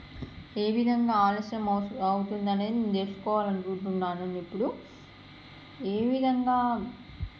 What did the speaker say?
ఏ విధంగా ఆలస్యం అవు అవుతుంది అనేది నేను తెలుసుకోవాలని అనుకుంటున్నాను అండి ఇప్పుడు ఏ విధంగా